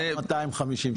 עד 250 שקל.